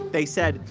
they said,